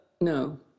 no